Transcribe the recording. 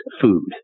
food